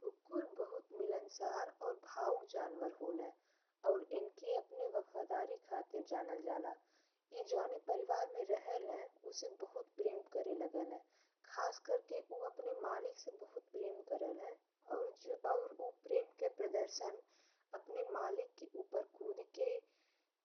कुक्कुर बहुत मिलनसार और भावुक जानवर होले और इनके अपने वफादारी खातीर जानल जाला। ए जौन परिवार में रहेले, ओसे बहुत प्रेम करे लागेले। खासकर के उ अपने मालिक से बहुत प्रेम करेले और उ प्रेम के प्रदर्शन अपने मालिक के ऊपर कुदु के,